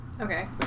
Okay